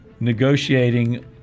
negotiating